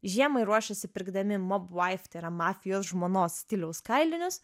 žiemai ruošiasi pirkdami mob vaif tai yra mafijos žmonos stiliaus kailinius